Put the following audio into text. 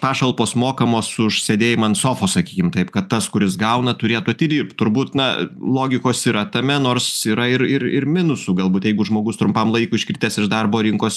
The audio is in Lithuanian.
pašalpos mokamos už sėdėjimą ant sofos sakykim taip kad tas kuris gauna turėtų atidirbt turbūt na logikos yra tame nors yra ir ir ir minusų galbūt jeigu žmogus trumpam laikui iškritęs iš darbo rinkos